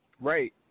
Right